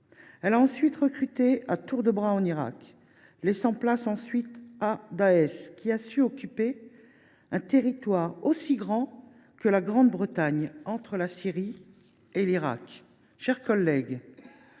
Elle a recruté à tour de bras en Irak, laissant ensuite place à Daech qui a su occuper un territoire aussi grand que la Grande Bretagne entre la Syrie et l’Irak. Mes chers collègues,